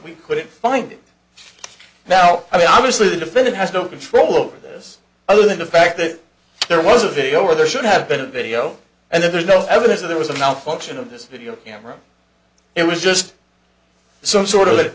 we couldn't find it now i mean obviously the defendant has no control over this other than a fact that there was a video or there should have been a video and there's no evidence that there was a malfunction of this video camera it was just some sort of